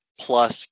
plus